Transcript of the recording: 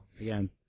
again